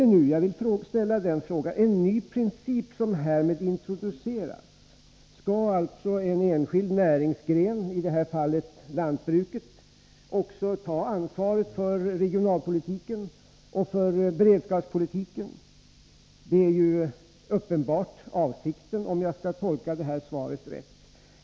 9” Jag vill ställa frågan: Är det en ny princip som härmed introduceras? Skall en enskild näringsgren — i det här fallet lantbruket — också ta ansvaret för regionalpolitiken och för beredskapspolitiken? Detta är ju uppenbart avsikten, om jag tolkar svaret riktigt.